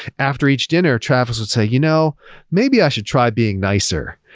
after each dinner, travis would say, you know maybe i should try being nicer,